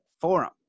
Forum